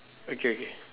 okay okay